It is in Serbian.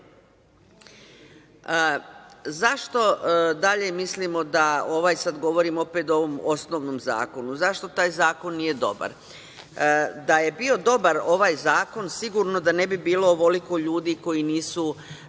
dalje mislimo da, govorim opet o ovom osnovnom zakonu, zašto taj zakon nije dobar? Da je bio dobar ovaj zakon, sigurno da ne bi bilo ovoliko ljudi koji nisu